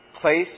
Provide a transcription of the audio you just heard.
place